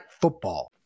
football